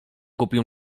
kupił